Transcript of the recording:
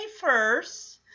first